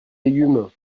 légumes